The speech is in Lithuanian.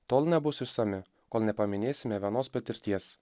tol nebus išsami kol nepaminėsime vienos patirties